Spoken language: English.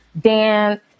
dance